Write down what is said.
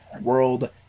World